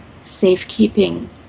safekeeping